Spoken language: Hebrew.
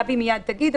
גבי מייד תגיד.